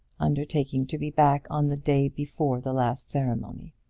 undertaking to be back on the day before the last ceremony.